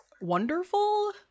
wonderful